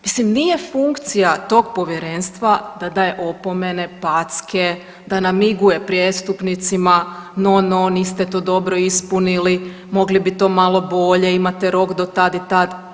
Mislim, nije funkcija tog povjerenstva da daje opomene, packe, da namiguje prijestupnicima, no-no, niste to dobro ispunili, mogli bi to malo bolje, imate rok do tad i tad.